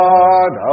God